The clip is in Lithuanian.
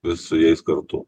vis su jais kartu